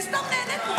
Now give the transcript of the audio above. אני סתם נהנית פה,